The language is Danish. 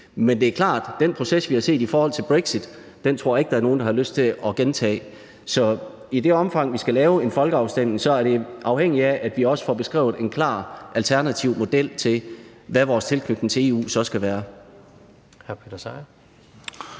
Men det er klart, at den proces, vi har set i forbindelse med brexit, tror jeg ikke der er nogen der har lyst til at gentage. Så i det omfang, vi skal lave en folkeafstemning, er det afhængigt af, at vi også får beskrevet en klar alternativ model for, hvad vores tilknytning til EU så skal være.